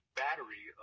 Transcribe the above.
battery